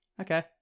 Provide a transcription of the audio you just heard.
okay